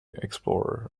explorer